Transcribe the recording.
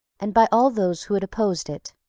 and by all those who had opposed it.